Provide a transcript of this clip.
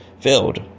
filled